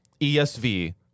ESV